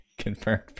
confirmed